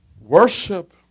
Worship